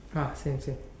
ah same same